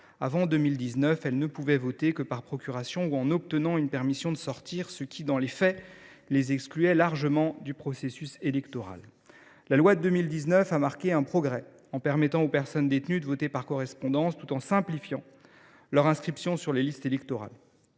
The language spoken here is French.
Avant 2019, elles ne pouvaient voter que par procuration ou en obtenant une permission de sortir, ce qui, dans les faits, les excluait largement du processus électoral. La loi de 2019 a marqué un progrès en permettant aux personnes détenues de voter par correspondance, tout en simplifiant leur inscription sur les listes électorales.